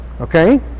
okay